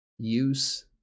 use